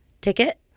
ticket